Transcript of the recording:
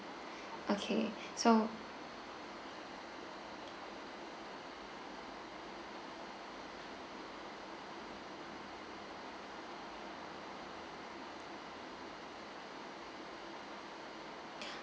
okay so